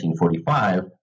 1945